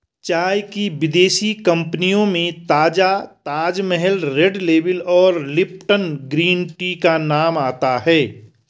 चाय की विदेशी कंपनियों में ताजा ताजमहल रेड लेबल और लिपटन ग्रीन टी का नाम आता है